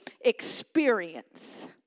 experience